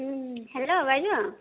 hello বাইদেউ